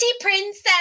princess